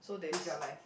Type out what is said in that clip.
with your life